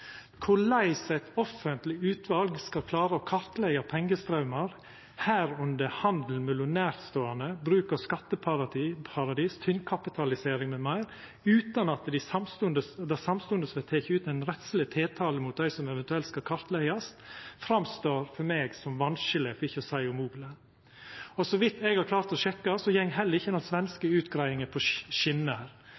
Korleis eit offentleg utval skal klara å kartleggja pengestraumar, under dette handel mellom nærståande, bruk av skatteparadis, tynnkapitalisering m.m., utan at dei samstundes skal taka ut ein rettsleg tiltale mot dei som eventuelt skal kartleggjast, synest for meg å vera vanskeleg, for ikkje å seia umogleg. Og så vidt eg har klart å sjekka, går heller ikkje den svenske